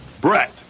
Brett